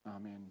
Amen